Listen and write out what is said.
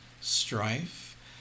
strife